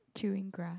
chewing grass